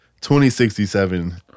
2067